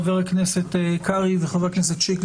חבר הכנסת קרעי וחבר הכנסת שיקלי,